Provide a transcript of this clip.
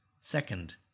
Second